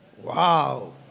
Wow